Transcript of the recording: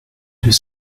deux